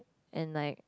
and like